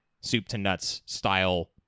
soup-to-nuts-style